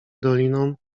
doliną